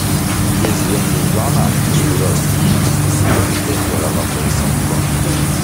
jis įžengia į zoną iš kurios jį išstumti yra labai sunku